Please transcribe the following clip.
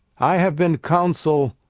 i have been consul,